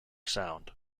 sound